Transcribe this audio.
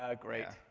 ah great.